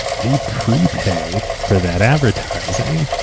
they prepay for that advertising.